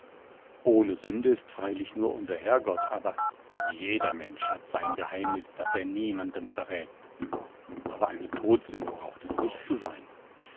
ohne sünde ist freilich nur unser herrgott aber jeder mensch hat sein geheimnis das er niemandem verrät aber eine todsünde braucht es nicht zu sein